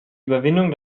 überwindung